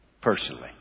Personally